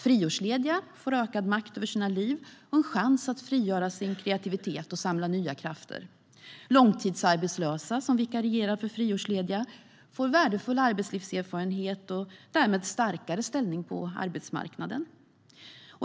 Friårslediga får ökad makt över sina liv och en chans att frigöra sin kreativitet och samla nya krafter. Långtidsarbetslösa som vikarierar för friårslediga får värdefull arbetslivserfarenhet och därmed en starkare ställning på arbetsmarknaden.